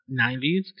90s